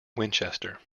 winchester